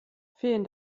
vielen